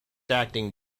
acting